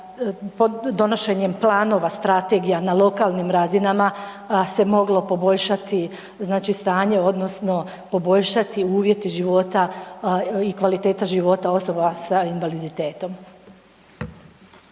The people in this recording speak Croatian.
bi donošenjem planova strategija na lokalnim razinama se moglo poboljšati znači stanje odnosno poboljšati uvjeti života i kvaliteta života osoba sa invaliditetom?